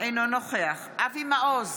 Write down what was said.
אינו נוכח אבי מעוז,